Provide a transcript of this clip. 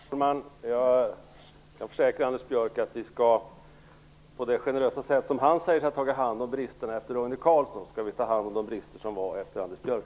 Fru talman! Jag kan försäkra Anders Björck att vi på samma generösa sätt som han säger sig ha tagit hand om bristerna efter Roine Carlsson på skall ta hand om de brister som fanns efter Anders Björck.